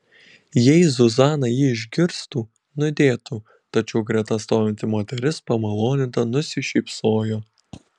jei zuzana jį išgirstų nudėtų tačiau greta stovinti moteris pamaloninta nusišypsojo